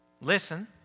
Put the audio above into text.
Listen